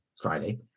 Friday